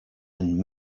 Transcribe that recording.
and